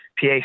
PA